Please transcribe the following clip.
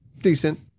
decent